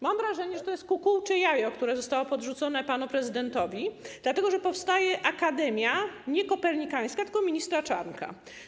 Mam wrażenie, że to jest kukułcze jajo, które zostało podrzucone panu prezydentowi, dlatego że powstaje akademia nie kopernikańska, tylko ministra Czarnka.